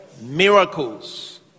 miracles